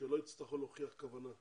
שלא יצטרכו להוכיח כוונה פלילית.